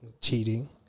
cheating